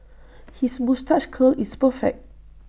his moustache curl is perfect